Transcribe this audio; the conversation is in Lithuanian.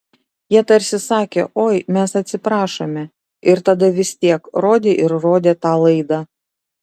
jie tarsi sakė oi mes atsiprašome ir tada vis tiek rodė ir rodė tą laidą